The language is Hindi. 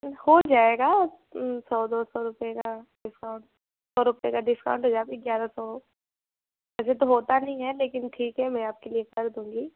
हो जाएगा सौ दो सौ का रूपए का डिस्काउंट सौ रूपए का डिस्काउंट हो जाएगा ग्यारह सौ का हो जाएगा अभी तो होता नहीं है लेकिन ठीक है मैं आपके लिए कर दूँगी